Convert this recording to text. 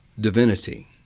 divinity